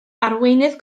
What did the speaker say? arweinydd